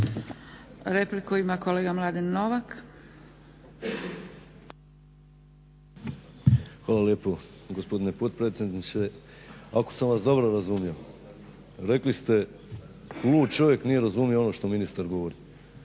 laburisti - Stranka rada)** Hvala lijepa. Gospodine potpredsjedniče ako sam vas dobro razumio rekli ste lud čovjek nije razumio ono što ministar govori.